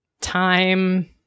Time